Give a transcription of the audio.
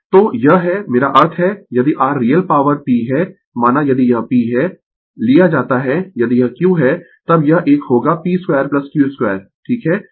तो यह है मेरा अर्थ है यदि r रियल पॉवर P है माना यदि यह P है लिया जाता है यदि यह Q है तब यह एक होगा P 2 Q2 ठीक है